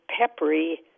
peppery